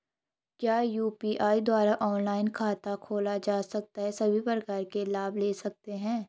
क्या यु.पी.आई द्वारा ऑनलाइन खाता खोला जा सकता है सभी प्रकार के लाभ ले सकते हैं?